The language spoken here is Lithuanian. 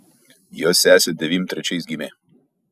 jo sesė devym trečiais gimė